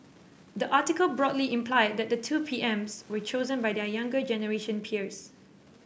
the article broadly implied that the two PM's were chosen by their younger generation peers